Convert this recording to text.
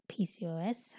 PCOS